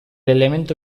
elemento